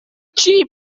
cheap